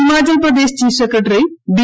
Himachal Pradesh chief secretary B